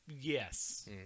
Yes